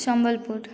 Sambalpur